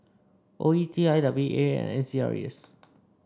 O E T I W D A and Acres